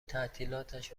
تعطیلاتش